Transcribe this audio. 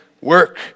work